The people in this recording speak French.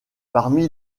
parmi